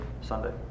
Sunday